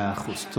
מאה אחוז.